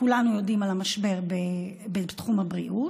וכולנו יודעים על המשבר בתחום הבריאות.